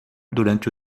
durante